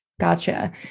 Gotcha